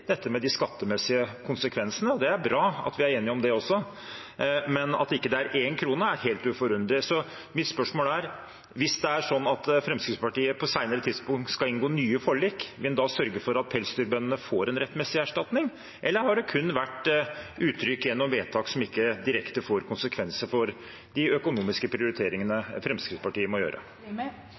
med de skattemessige konsekvensene. Det er bra at vi er enige om det også, men at ikke det er én krone, er helt forunderlig. Mitt spørsmål er: Hvis Fremskrittspartiet på senere tidspunkt skal inngå nye forlik, vil en da sørge for at pelsdyrbøndene får en rettmessig erstatning? Eller har det kun vært uttrykt gjennom vedtak som ikke direkte får konsekvenser for de økonomiske prioriteringene Fremskrittspartiet må gjøre?